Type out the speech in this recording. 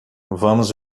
vamos